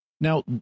Now